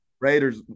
Raiders